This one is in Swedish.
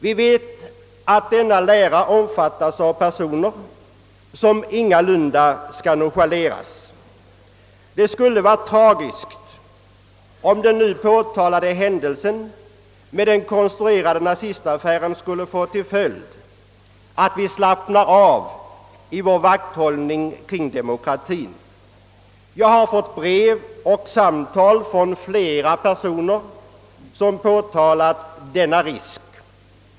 Vi vet att denna lära omfattas av personer som ingalunda skall nonchaleras. Det skulle vara tragiskt, om den nu påtalade händelsen med den konstruerade nazistaffären skulle få till följd, att vi slappnade av i vår vakthållning kring demokratien. Jag har fått brev och samtal från flera personer som påtalat denna risk.